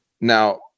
Now